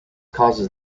causes